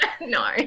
No